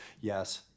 yes